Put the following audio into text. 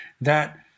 that-